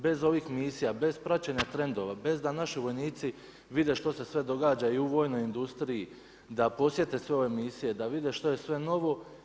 Bez ovih misija, bez praćenja trendova, bez da naši vojnici vide što se sve događa i u vojnoj industriji da posjete sve ove misije, da vide što je sve novo.